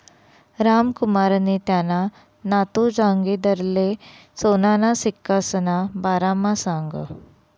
रामकुमारनी त्याना नातू जागिंदरले सोनाना सिक्कासना बारामा सांगं